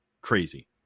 crazy